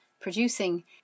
producing